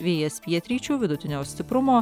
vėjas pietryčių vidutinio stiprumo